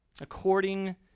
according